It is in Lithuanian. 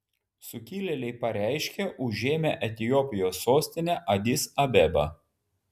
sukilėliai pareiškė užėmę etiopijos sostinę adis abebą